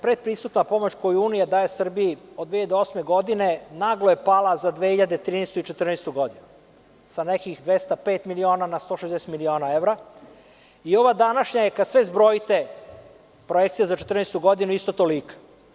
Predpristupna pomoć koju Unija daje Srbiji od 2008. godine naglo je pala za 2013. i 2014. godinu, sa nekih 205 miliona na 160 miliona evra i ova današnja je, kad sve zbrojite, projekcija za 2014. godinu isto tolika.